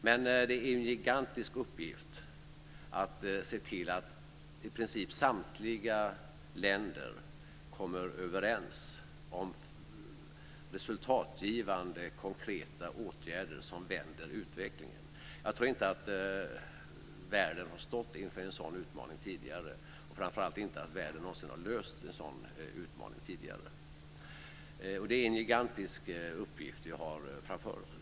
Men det är en gigantisk uppgift att se till att i princip samtliga länder kommer överens om resultatgivande och konkreta åtgärder som vänder utvecklingen. Jag tror inte att världen har stått inför en sådan utmaning tidigare - framför allt har världen inte klarat av en sådan utmaning tidigare. Det är alltså en gigantisk uppgift som vi har framför oss.